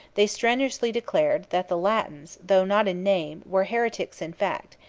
they strenuously declared, that the latins, though not in name, were heretics in fact,